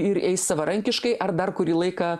ir eis savarankiškai ar dar kurį laiką